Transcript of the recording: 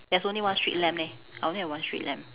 there's only one street lamp leh I only have one street lamp